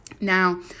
Now